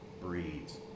breeds